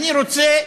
אני רוצה,